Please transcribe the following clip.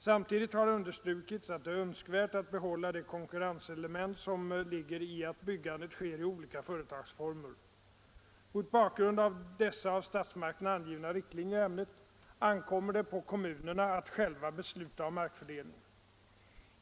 Samtidigt har det understrukits att det är önskvärt att behålla det konkurrenselement som ligger i att byggandet sker i olika företagsformer. Mot bakgrund av dessa av statsmakterna angivna riktlinjerna i ämnet ankommer det på kom 123 munerna att själva besluta om markfördelningen.